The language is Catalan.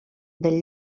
del